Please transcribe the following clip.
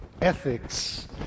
ethics